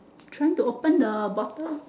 trying to open the bottle hor